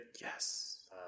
Yes